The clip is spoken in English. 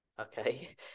Okay